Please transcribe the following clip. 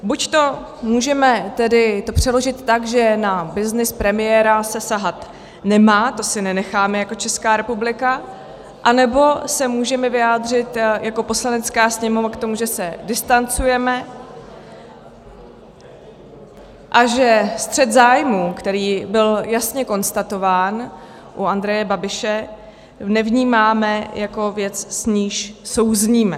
Buď to můžeme tedy přeložit tak, že na byznys premiéra se sahat nemá, to si nenecháme jako Česká republika, anebo se můžeme vyjádřit jako Poslanecká sněmovna k tomu, že se distancujeme a že střet zájmů, který byl jasně konstatován u Andreje Babiše, nevnímáme jako věc, s níž souzníme.